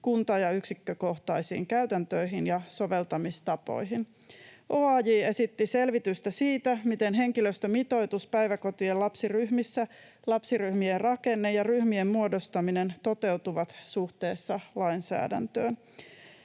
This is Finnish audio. kunta- ja yksikkökohtaisiin käytäntöihin ja soveltamistapoihin. OAJ esitti selvitystä siitä, miten henkilöstömitoitus päiväkotien lapsiryhmissä, lapsiryhmien rakenne ja ryhmien muodostaminen toteutuvat suhteessa lainsäädäntöön.